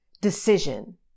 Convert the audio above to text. decision